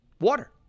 Water